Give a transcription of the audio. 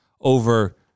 over